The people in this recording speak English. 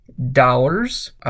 dollars